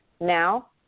Now